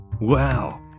Wow